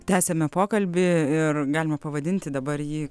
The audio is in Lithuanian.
tęsiame pokalbį ir galima pavadinti dabar jį